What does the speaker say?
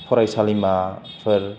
फरायसालिमाफोर